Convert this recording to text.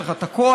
יש לך הכוח,